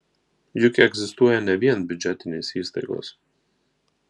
juk egzistuoja ne vien biudžetinės įstaigos